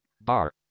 Bar